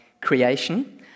creation